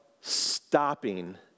stopping